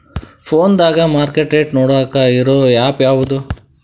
ಫೋನದಾಗ market rate ನೋಡಾಕ್ ಇರು ಆ್ಯಪ್ ಯಾವದು?